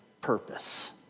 purpose